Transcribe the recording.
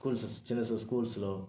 schools చిన్నచిన్న స్కూల్స్లో